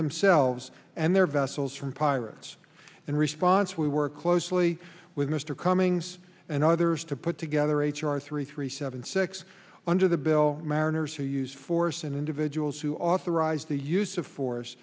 themselves and their vessels from pirates and response we work closely with mr cummings and others to put together h r three three seven six under the bill mariners who use force in individuals who authorize the use of force